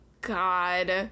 God